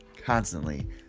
constantly